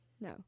No